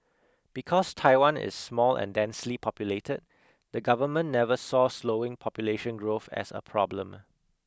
because Taiwan is small and densely populated the government never saw slowing population growth as a problem